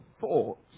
thoughts